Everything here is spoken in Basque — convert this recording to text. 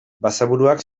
basaburuak